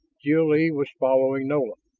jil-lee was following nolan.